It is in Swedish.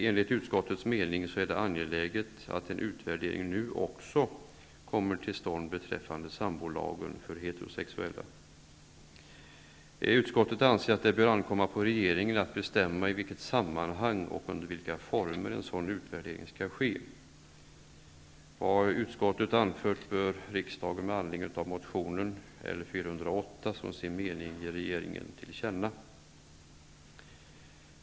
Enligt utskottets mening är det angeläget att en utvärdering nu också kommer till stånd beträffande sambolagen för heterosexuella. Utskottet anser att det bör ankomma på regeringen att bestämma i vilket sammanhang och under vilka former en sådan utvärdering skall ske. Vad utskottet anfört bör riksdagen med anledning av motion L408 ge regeringen till känna som sin mening.